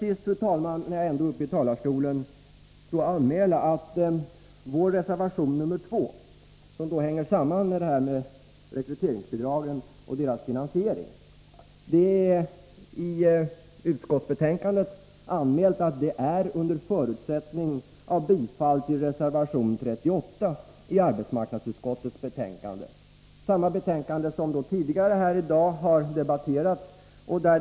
Får jag till sist, när jag ändå är uppe i talarstolen, säga att när det gäller vår reservation 2, som hänger samman med rekryteringsbidragen och deras finansiering, har vi i utskottsbetänkandet anmält att den reservationen gäller under förutsättning av bifall till reservation 38 i arbetsmarknadsutskottets betänkande — samma betänkande som har debatterats tidigare här i dag.